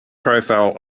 profile